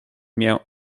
mię